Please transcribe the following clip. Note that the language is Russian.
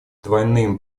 двойным